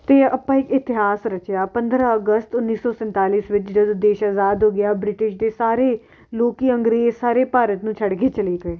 ਅਤੇ ਆਪਾਂ ਇਹ ਇਤਿਹਾਸ ਰਚਿਆ ਪੰਦਰਾਂ ਅਗਸਤ ਉੱਨੀ ਸੌ ਸੰਤਾਲੀ ਵਿੱਚ ਜਦੋਂ ਦੇਸ਼ ਆਜ਼ਾਦ ਹੋ ਗਿਆ ਬ੍ਰਿਟਿਸ਼ ਦੇ ਸਾਰੇ ਲੋਕ ਅੰਗਰੇਜ਼ ਸਾਰੇ ਭਾਰਤ ਨੂੰ ਛੱਡ ਕੇ ਚਲੇ ਗਏ